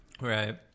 Right